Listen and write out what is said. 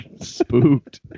Spooked